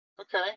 okay